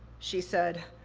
she said,